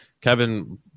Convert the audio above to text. Kevin